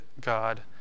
God